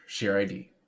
ShareID